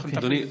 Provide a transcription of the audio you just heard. אדוני,